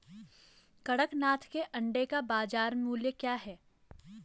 कड़कनाथ के अंडे का बाज़ार मूल्य क्या है?